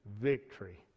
victory